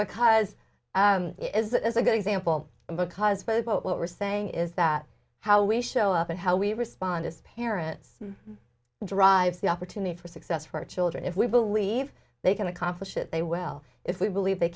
because it is a good example because but what we're saying is that how we show up and how we respond as parents drives the opportunity for success for our children if we believe they can accomplish it they well if we believe they